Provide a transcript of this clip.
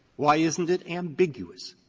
why isn't it ambiguous?